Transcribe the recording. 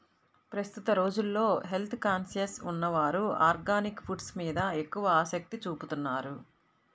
ప్రస్తుత రోజుల్లో health conscious ఉన్నవారు ఆర్గానిక్ ఫుడ్స్ మీద ఎక్కువ ఆసక్తి చూపుతున్నారు